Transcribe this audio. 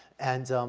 and, um,